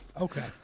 Okay